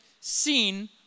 seen